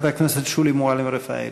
חברת הכנסת שולי מועלם-רפאלי.